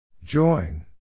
Join